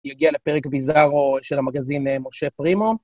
יגיע לפרק ביזרו של המגזין משה פרימו